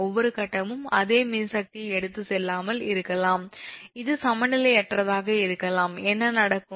ஒவ்வொரு கட்டமும் அதே மின்சக்தியை எடுத்துச் செல்லாமல் இருக்கலாம் இது சமநிலையற்றதாக இருந்தால் என்ன நடக்கும்